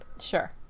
Sure